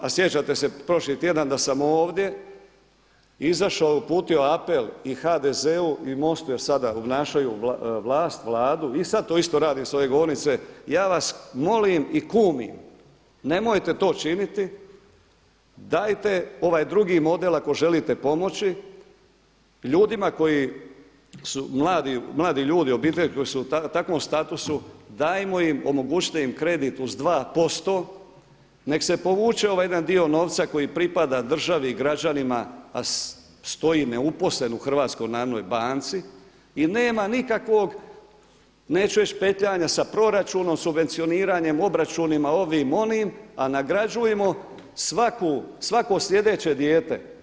A sjećate se prošli tjedan da sam ovdje izašao i uputio apel i HDZ-u i MOST-u jer sada obnašaju vlast, Vladu i sad to isto radim sa ove govornice, ja vas molim i kumim nemojte to činiti, dajte ovaj drugi model ako želite pomoći ljudima koji su mladi ljudi, obitelji koje su u takvom statusu dajmo im, omogućite im kredit uz 2%, nek se povuče ovaj jedan dio novca koji pripada državi i građanima a stoji neuposlen u HNB-u i nema nikakvog neću reći petljanja sa proračunom, subvencioniranjem, obračunima, ovim onim a nagrađujmo svako slijedeće dijete.